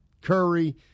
Curry